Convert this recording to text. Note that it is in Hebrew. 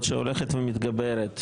שהולכת ומתגברת,